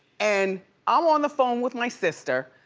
and i'm on the phone with my sister,